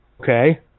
Okay